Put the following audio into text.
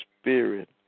spirit